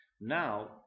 Now